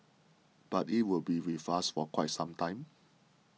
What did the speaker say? but it will be with us for quite some time